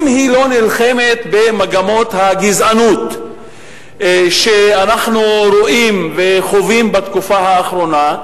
אם היא לא נלחמת במגמות הגזענות שאנחנו רואים וחווים בתקופה האחרונה,